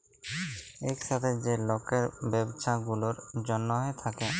ইকসাথে যে লকের ব্যবছা গুলার জ্যনহে থ্যাকে